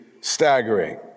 staggering